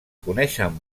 coneixen